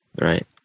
Right